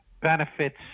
benefits